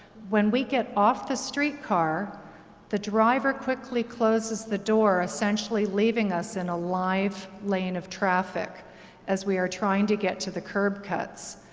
when we get off the streetcar the driver quickly closes the door, essentially leaving us in a live lane of traffic as we are trying to get to the curb cuts,